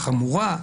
החמורה,